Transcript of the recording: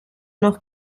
noch